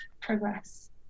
progress